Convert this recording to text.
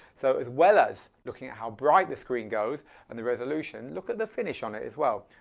so as well as looking at how bright the screen goes and the resolution look at the finish on it as well.